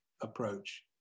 approach